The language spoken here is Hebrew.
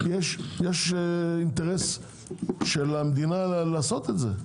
יש אינטרס של המדינה לעשות זאת.